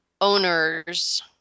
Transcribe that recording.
owners